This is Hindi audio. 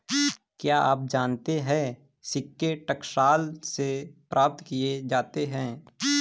क्या आप जानते है सिक्के टकसाल से प्राप्त किए जाते हैं